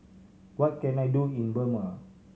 what can I do in Burma